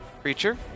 creature